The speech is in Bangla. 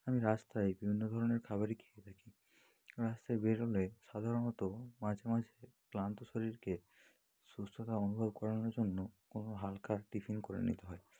আমি রাস্তায় বিভিন্ন ধরনের খাবারই খেয়ে থাকি রাস্তায় বের হলে সাধারণত মাঝে মাঝে ক্লান্ত শরীরকে সুস্থতা অনুভব করানোর জন্য কোনো হালকা টিফিন করে নিতে হয়